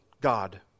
God